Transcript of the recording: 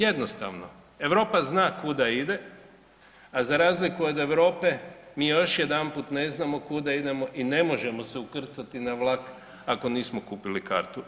Jednostavno Europa zna kuda ide, a za razliku od Europe mi još jedanput ne znamo kuda idemo i ne možemo se ukrcati na vlak ako nismo kupili kartu.